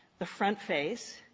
the front face,